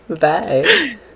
Bye